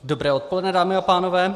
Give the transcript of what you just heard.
Dobré odpoledne, dámy a pánové.